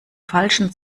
falschen